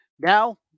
Now